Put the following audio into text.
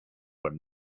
were